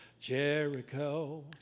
Jericho